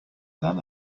than